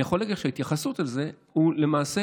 אני יכול להגיד לך שההתייחסות לזה היא למעשה